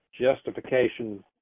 Justification